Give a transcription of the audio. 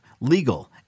legal